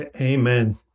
Amen